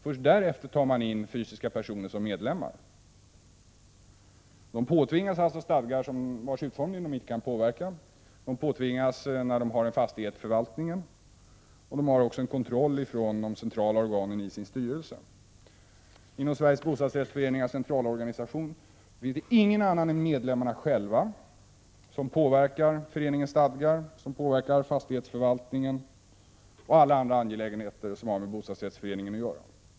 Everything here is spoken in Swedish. Först därefter tar man in fysiska personer som medlemmar. De påtvingas alltså stadgar vars utformning de inte kan påverka. De påtvingas förvaltningen av fastigheten. Det sker också en kontroll av styrelsen från de centrala organen. Inom Sveriges bostadsrättsföreningars centralorganisation är det ingen annan än medlemmarna själva som påverkar föreningens stadgar, fastighetsförvaltningen och alla andra angelägenheter som har med bostadsrättsföreningen att göra.